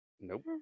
Nope